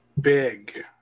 big